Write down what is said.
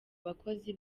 bakozi